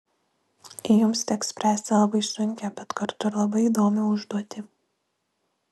jums teks spręsti labai sunkią bet kartu ir labai įdomią užduotį